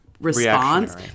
response